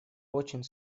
очень